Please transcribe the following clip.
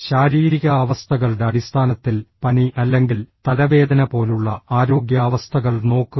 ശാരീരിക അവസ്ഥകളുടെ അടിസ്ഥാനത്തിൽ പനി അല്ലെങ്കിൽ തലവേദന പോലുള്ള ആരോഗ്യ അവസ്ഥകൾ നോക്കുക